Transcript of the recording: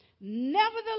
Nevertheless